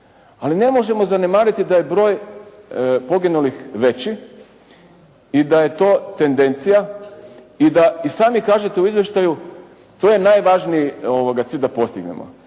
ali ne možemo zanemariti da je broj poginulih veći i da je to tendencija i da i sami kažete u izvještaju to je najvažniji cilj da postignemo,